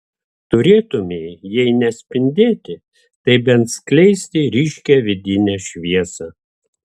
turėtumei jei ne spindėti tai bent skleisti ryškią vidinę šviesą